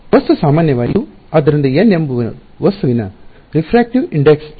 ವಸ್ತು ಸಾಮಾನ್ಯವಾಗಿ V2 ಆದ್ದರಿಂದ n ಎಂಬುದು ವಸ್ತುವಿನ ವಕ್ರೀಕಾರಕ ಸೂಚ್ಯಂಕ ರಿಫ್ರಾಕ್ಟಿವ್ ಇಂಡೆಕ್ಸ್ ಆಗಿದೆ